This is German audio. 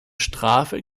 strafe